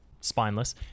spineless